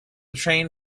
train